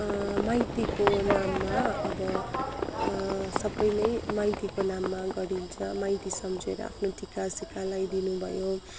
माइतीको नाममा अब सबै नै माइतीको नाममा गरिन्छ माइती सम्झेर आफ्नो टिका सिका लाइदिनु भयो